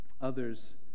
others